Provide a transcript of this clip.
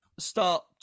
start